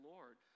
Lord